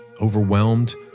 overwhelmed